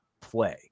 play